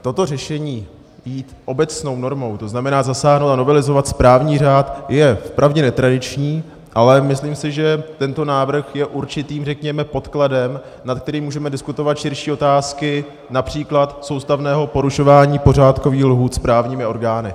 Toto řešení jít obecnou normou, to znamená zasáhnout a novelizovat správní řád, je vpravdě netradiční, ale myslím si, že tento návrh je určitým, řekněme, podkladem, nad kterým můžeme diskutovat širší otázky například soustavného porušování pořádkových lhůt správními orgány.